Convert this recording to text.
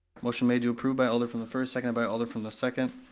motion made to approve by alder from the first, second by alder from the second.